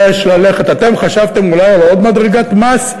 אתם חשבתם אולי על עוד מדרגת מס?